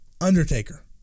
Undertaker